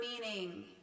meaning